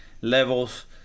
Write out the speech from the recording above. levels